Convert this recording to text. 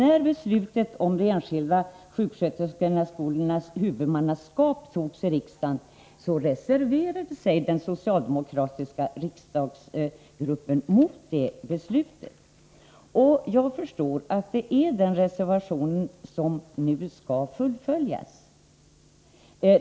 När beslutet om de enskilda sjuksköterskeskolornas huvudmannaskap fattades i riksdagen reserverade sig den socialdemokratiska riksdagsgruppen. Jag förstår att det är den reservationen som nu skall fullföljas.